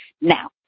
Now